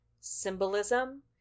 symbolism